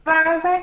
הדבר הזה?